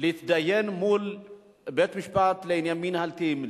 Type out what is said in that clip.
להתדיין מול בית-משפט לעניינים מינהליים,